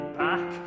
back